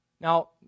Now